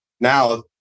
Now